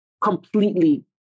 completely